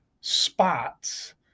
spots